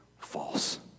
False